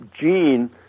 Gene